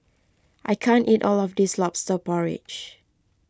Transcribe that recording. I can't eat all of this Lobster Porridge